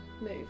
move